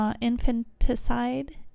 infanticide